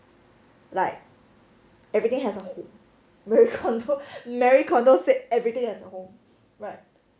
like everything has a home marie kondo marie kondo say everything has a home right